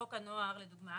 בחוק הנוער לדוגמה,